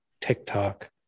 TikTok